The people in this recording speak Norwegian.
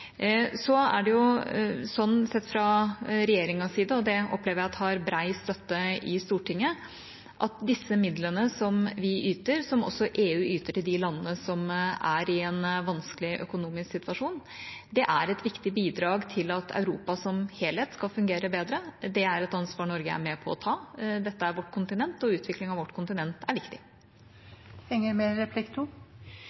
Så er det sånn, sett fra regjeringas side – og det opplever jeg har bred støtte i Stortinget – at disse midlene som vi yter, som også EU yter, til de landene som er i en vanskelig økonomisk situasjon, er et viktig bidrag til at Europa som helhet skal fungere bedre. Det er et ansvar Norge er med på å ta. Dette er vårt kontinent, og utvikling av vårt kontinent er viktig.